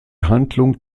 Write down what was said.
handlung